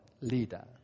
leader